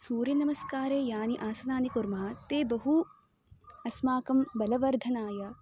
सूर्यनमस्कारे यानि आसनानि कर्मः ते बहु अस्माकं बलवर्धनाय